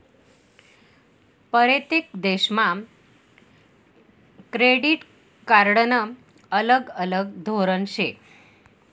परतेक देशमा क्रेडिट कार्डनं अलग अलग धोरन शे